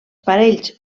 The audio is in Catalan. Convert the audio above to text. parells